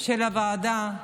של הוועדה,